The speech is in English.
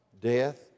Death